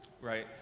right